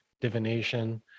divination